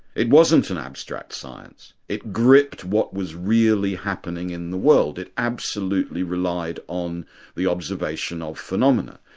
it wasn't an abstract science, it gripped what was really happening in the world, it absolutely relied on the observation of phenomena.